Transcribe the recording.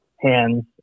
hands